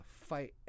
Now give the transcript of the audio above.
fight